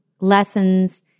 lessons